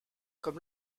comme